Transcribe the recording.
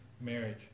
marriage